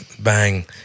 Bang